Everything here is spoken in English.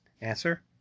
Answer